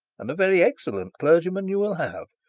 and a very excellent clergyman you will have.